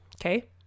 Okay